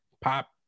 pop